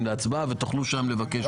להצבעה ותוכלו שם לבקש התייעצות סיעתית.